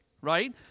right